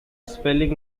spelling